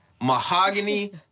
mahogany